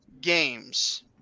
games